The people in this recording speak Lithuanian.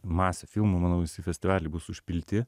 masė filmą manau visi festivaliai bus užpilti